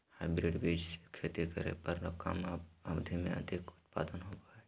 hybrid बीज से खेती करे पर कम अवधि में अधिक उत्पादन होबो हइ